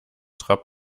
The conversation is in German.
trapp